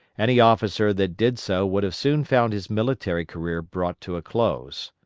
any officer that did so would have soon found his military career brought to a close.